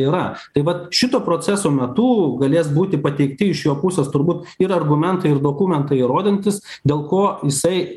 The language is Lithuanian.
yra tai vat šito proceso metu galės būti pateikti iš jo pusės turbūt ir argumentai ir dokumentai įrodantys dėl ko jisai